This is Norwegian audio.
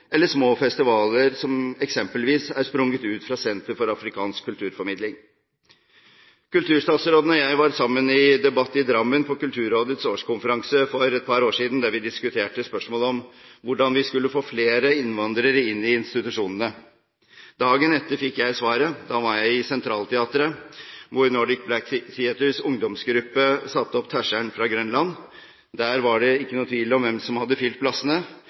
eller små festivaler som eksempelvis er sprunget ut fra Center for afrikansk kulturformidling? Kulturstatsråden og jeg var sammen i en debatt i Drammen på Kulturrådets årskonferanse for et par år siden, der vi diskuterte spørsmålet om hvordan vi skulle få flere innvandrere inn i institusjonene. Dagen etter fikk jeg svaret. Da var jeg i Centralteatret hvor Nordic Black Theatres ungdomsgruppe satte opp Tæsjern på Grønland. Der var det ikke noe tvil om hvem som hadde fylt plassene